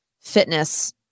fitness